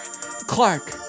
Clark